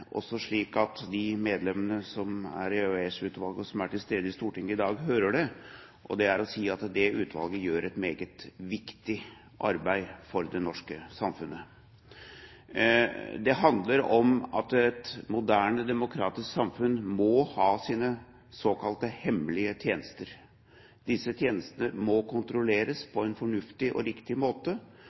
slik at også de medlemmene i EOS-utvalget som er til stede i Stortinget i dag, hører det – at EOS-utvalget gjør et meget viktig arbeid for det norske samfunnet. Det handler om at et moderne, demokratisk samfunn må ha sine såkalte hemmelige tjenester, og disse tjenestene må kontrolleres på en fornuftig og riktig måte.